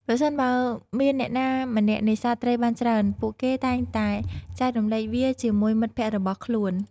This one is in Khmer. ប្រសិនបើមានអ្នកណាម្នាក់នេសាទត្រីបានច្រើន ពួកគេតែងតែចែករំលែកវាជាមួយមិត្តភក្តិរបស់ខ្លួន។